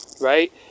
Right